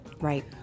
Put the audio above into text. Right